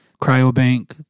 Cryobank